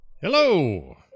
Hello